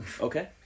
Okay